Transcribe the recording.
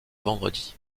vendredis